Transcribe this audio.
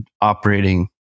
operating